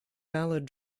valid